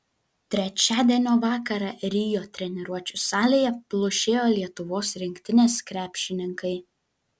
trečiadienio vakarą rio treniruočių salėje plušėjo lietuvos rinktinės krepšininkai